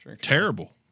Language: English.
terrible